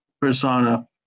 persona